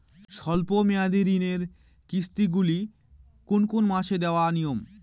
স্বল্প মেয়াদি ঋণের কিস্তি গুলি কোন কোন মাসে দেওয়া নিয়ম?